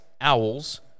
Owls